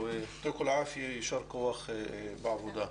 יישר כוח בעבודה.